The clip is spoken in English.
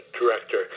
director